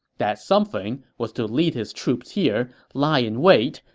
that something was to lead his troops here, lie in wait,